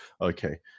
Okay